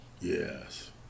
Yes